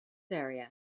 area